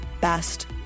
best